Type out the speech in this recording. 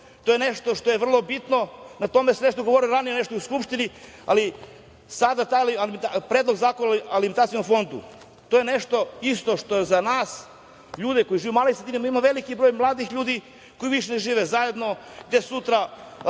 To je nešto što je vrlo bitno. O tome sam govorio i ranije u Narodnoj skupštini, ali sada taj Predlog zakona o alimentacionom fondu je nešto što je za nas, ljude koji žive u malim sredinama… Ima veliki broj malih ljudi koji više ne žive zajedno, gde sutra